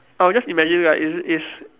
I'll just imagine like it it's